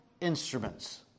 instruments